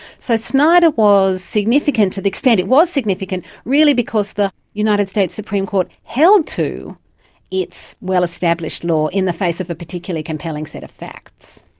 so snyder was significant to the extent, it was significant really because the united states supreme court held to its well-established law in the face of a particularly compelling set of facts.